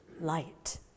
light